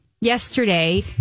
yesterday